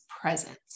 presence